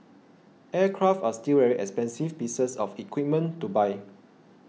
aircraft are still very expensive pieces of equipment to buy